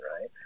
right